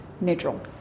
neutral